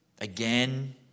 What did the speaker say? Again